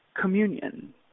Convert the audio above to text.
communion